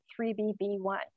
3bb1